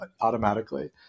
automatically